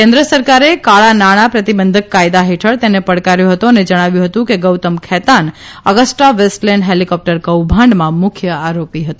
કેન્દ્ર સરકારે કાળાનાણાં પ્રતિબંધક કાયદા ફેઠળ તેને પડકાર્યો હતો અને જણાવ્યું હતું કે Gautam Khaitan Agusta Westland helicopter કૌભાંડમાં મુખ્ય આરોપી છે